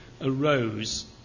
arose